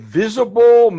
visible